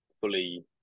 fully